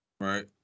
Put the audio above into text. Right